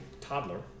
toddler